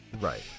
Right